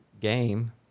game